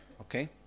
Okay